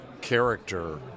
character